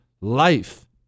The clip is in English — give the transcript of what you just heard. life